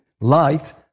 light